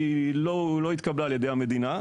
היא לא התקבלה על-ידי המדינה.